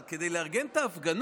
אבל כדי לארגן את ההפגנות,